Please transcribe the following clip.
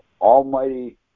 almighty